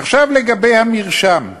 עכשיו לגבי המרשם.